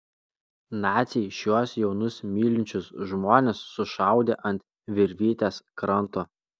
naciai šiuos jaunus mylinčius žmones sušaudė ant virvytės kranto